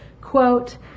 quote